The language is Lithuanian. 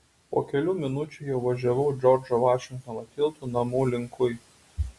po kelių minučių jau važiavau džordžo vašingtono tiltu namų linkui